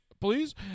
Please